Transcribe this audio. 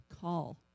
call